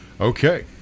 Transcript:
Okay